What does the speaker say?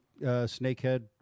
snakehead